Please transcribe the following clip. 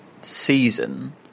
season